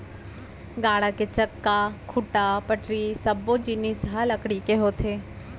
गाड़ा के चक्का, खूंटा, पटरी सब्बो जिनिस ह लकड़ी के होथे